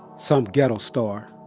some ghetto star